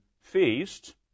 Feast